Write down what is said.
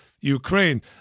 Ukraine